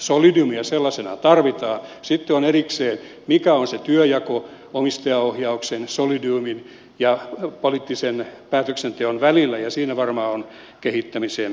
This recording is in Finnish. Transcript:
solidiumia sellaisenaan tarvitaan sitten on erikseen mikä on se työnjako omistajaohjauksen solidiumin ja poliittisen päätöksenteon välillä ja siinä varmaan on kehittämisen varaa